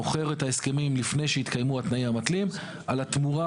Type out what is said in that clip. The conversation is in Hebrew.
מוכר את ההסכמים לפני שהתקיימו התנאים המתלים על התמורה